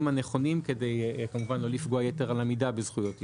הנכונים כדי לא לפגוע יתר על המידה בזכויות יסוד.